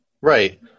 Right